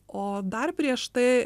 o dar prieš tai